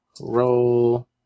roll